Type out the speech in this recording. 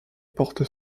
porte